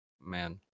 man